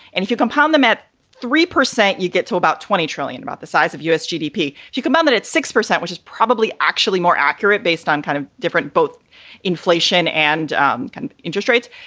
and if you compound them at three percent, you get to about twenty trillion about the size of u s. gdp. she compounded it six percent, which is probably actually more accurate based on kind of different both inflation and um kind of interest rates.